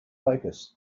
focus